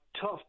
tough